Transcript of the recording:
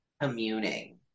communing